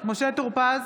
משה טור פז,